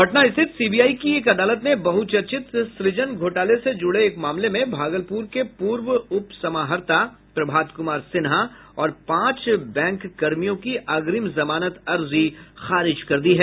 पटना स्थित सीबीआई की एक अदालत ने बहुचर्चित सृजन घोटाले से जुड़े एक मामले में भागलपुर के पूर्व उप समाहर्ता प्रभात कुमार सिन्हा और पांच बैंककर्मियों की अग्रिम जमानत अर्जी खारिज कर दी है